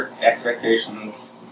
expectations